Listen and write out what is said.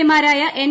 A മാരായ N